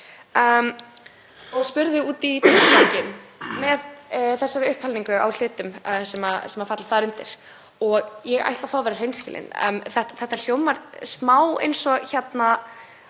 og spurði út í tilganginn með þessari upptalningu á hlutum sem falla þar undir. Ég ætla að fá að vera hreinskilin en þetta hljómar smá eins og það